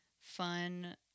fun